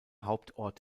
hauptort